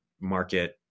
market